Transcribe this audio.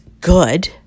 good